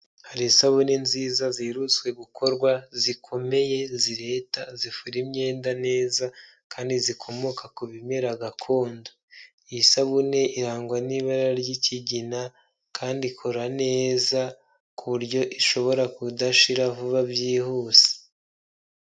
Hari isabune nziza ziherutse gukorwa, zikomeye, zireta, zifura imyenda neza, kandi zikomoka ku bimera gakondo, iyi sabune irangwa n'ibara ry'kigina kandi ikora neza ku buryo ishobora kudashira vuba byihuse.